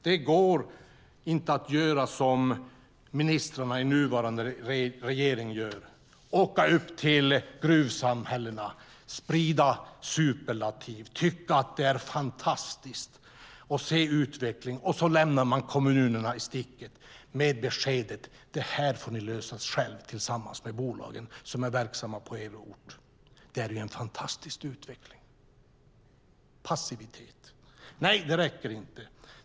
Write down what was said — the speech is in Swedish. Det går inte att göra som ministrarna i nuvarande regering gör och åka upp till gruvsamhällena, sprida superlativ och tycka att det är fantastiskt att se utvecklingen. Sedan lämnar man kommunerna i sticket med beskedet: Detta får ni lösa själva tillsammans med bolagen som är verksam på er ort - det är ju en fantastisk utveckling. Att göra så är passivitet. Nej, det räcker inte.